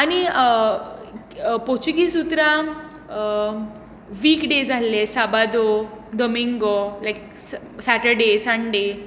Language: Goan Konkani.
आनी पोर्तुगीज उतरांक विक डेज आसले साबादोर दोंमिंगो लायक सेटरडे सनडें